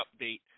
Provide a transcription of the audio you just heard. update